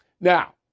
Now